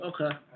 okay